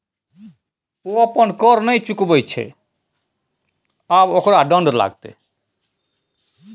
ओ अपन कर नहि चुकाबैत छल आब ओकरा दण्ड लागतै